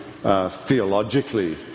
Theologically